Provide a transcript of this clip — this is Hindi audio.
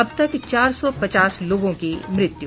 अब तक चार सौ पचास लोगों की मृत्यु